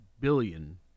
billion